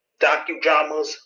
docudramas